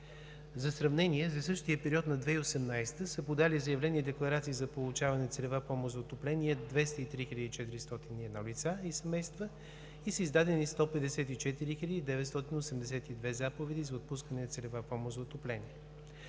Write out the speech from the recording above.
За сравнение за същия период на 2018 г. са подали заявления-декларации за получаване на целева помощ за отопление 203 401 лица и семейства и са издадени 154 982 заповеди за отпускане на целева помощ за отопление.